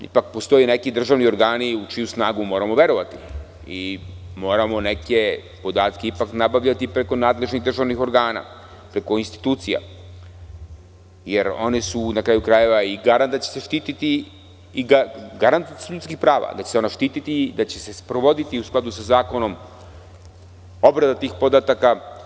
Ipak postoje neki državni organi u čiju snagu moramo verovati i moramo neke podatke ipak nabavljati preko nadležnih državnih organa, preko institucija, jer one su, na kraju krajeva, garant da će se štititi ljudska prava, da će se sprovoditi u skladu sa zakonom obrada tih podataka.